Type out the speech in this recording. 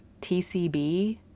TCB